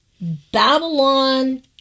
babylon